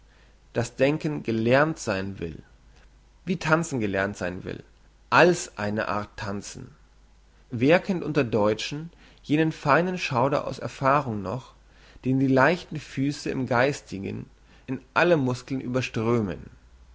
dass denken gelernt sein will wie tanzen gelernt sein will als eine art tanzen wer kennt unter deutschen jenen feinen schauder aus erfahrung noch den die leichten füsse im geistigen in alle muskeln überströmen